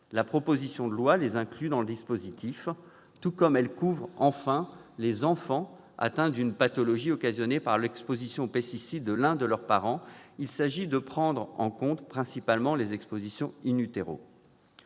La proposition de loi les inclut dans le dispositif. Elle couvre enfin les enfants atteints d'une pathologie occasionnée par l'exposition aux pesticides de l'un de leurs parents. Il s'agit ici de prendre en compte principalement les expositions. De